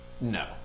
no